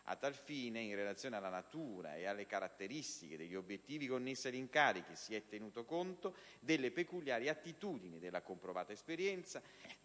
A tal fine, in relazione alla natura ed alle caratteristiche degli obiettivi connessi agli incarichi, si è tenuto conto delle peculiari attitudini, della comprovata esperienza,